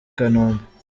kanombe